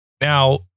Now